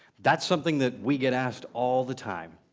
that's something that we get asked all the time.